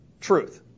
truth